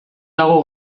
dago